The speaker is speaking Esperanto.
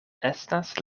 estas